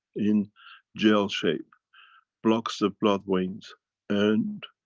in gel shape blocks the blood veins and